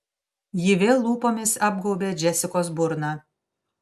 ji vėl lūpomis apgaubė džesikos burną